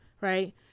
Right